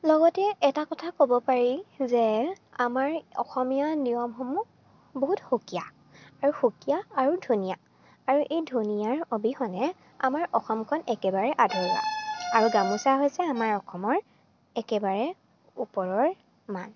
লগতে এটা কথা ক'ব পাৰি যে আমাৰ অসমীয়া নিয়মসমূহ বহুত সুকীয়া আৰু সুকীয়া আৰু ধুনীয়া আৰু এই ধুনীয়াৰ অবিহনে আমাৰ অসমখন একেবাৰে আধৰুৱা আৰু গামোচা হৈছে আমাৰ অসমৰ একেবাৰে ওপৰৰ মান